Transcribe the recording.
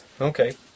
Okay